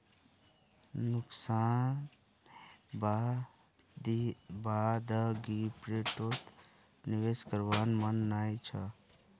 नुकसानेर बा द क्रिप्टोत निवेश करवार मन नइ छ